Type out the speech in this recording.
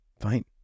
fine